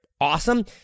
awesome